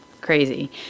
crazy